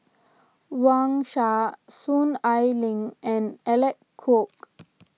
Wang Sha Soon Ai Ling and Alec Kuok